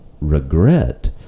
regret